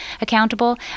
accountable